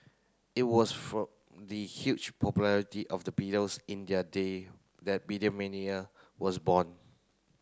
it was from the huge popularity of the Beatles in their day that Beatlemania was born